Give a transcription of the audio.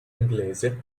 inglese